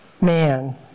man